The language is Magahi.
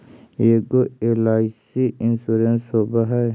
ऐगो एल.आई.सी इंश्योरेंस होव है?